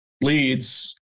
leads